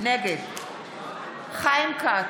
נגד חיים כץ,